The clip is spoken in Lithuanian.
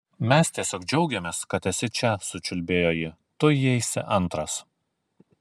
mes tiesiog džiaugiamės kad esi čia sučiulbėjo ji tu įeisi antras